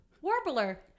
warbler